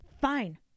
fine